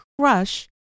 crush